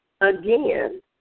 Again